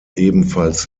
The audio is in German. ebenfalls